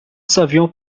savions